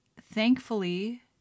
thankfully